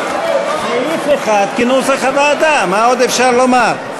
סעיף 1, כנוסח הוועדה, מה עוד אפשר לומר?